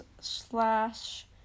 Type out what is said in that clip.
slash